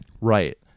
Right